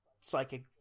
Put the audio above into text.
psychic